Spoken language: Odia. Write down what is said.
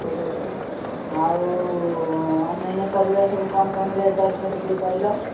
ଠିକ୍ ଅଛି ଆଉ ଅନ୍ୟାନ୍ୟ ପରିବା ସବୁ କଣ କଣ ରେଟ୍ ଅଛି ମୋତେ ଟିକେ କହିଲ